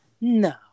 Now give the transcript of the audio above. No